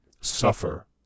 Suffer